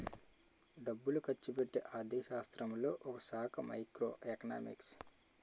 డబ్బులు ఖర్చుపెట్టే ఆర్థిక శాస్త్రంలో ఒకశాఖ మైక్రో ఎకనామిక్స్